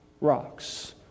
rocks